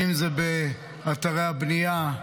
אם זה באתרי הבנייה,